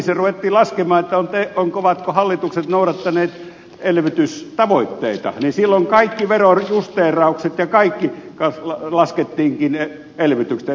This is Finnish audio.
kun ecofinissä ruvettiin laskemaan ovatko hallitukset noudattaneet elvytystavoitteita niin silloin kaikki verojusteeraukset ja kaikki laskettiinkin elvytykseksi